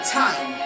time